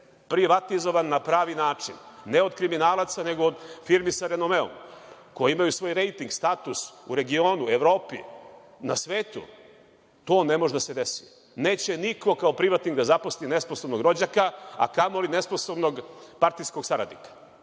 privatizovan na pravi način, ne od kriminalaca nego od firmi sa renomeom, koje imaju svoj rejting, status u Evropi, regionu, na svetu to ne može da se desi. Neće niko kao privatnik da zaposli nesposobnog rođaka a kamoli nesposobnog partijskog saradnika.